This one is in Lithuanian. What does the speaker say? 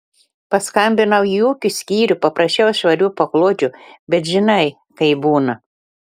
paskambinau į ūkio skyrių paprašiau švarių paklodžių bet žinai kaip būna